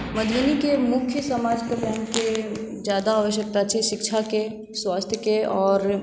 मधुबनीके मुख्य समाज कल्याणके ज्यादा आवश्यकता छै शिक्षाके स्वास्थके आओर